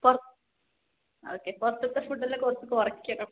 പുറുത്തു okay പുറത്തത്തെ food കുറച്ചു കുറക്കണം